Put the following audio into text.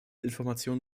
informationen